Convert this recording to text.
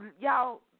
y'all